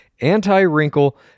anti-wrinkle